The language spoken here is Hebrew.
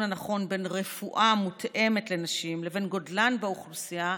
הנכון בין רפואה המותאמת לנשים לבין גודלן באוכלוסייה,